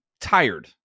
tired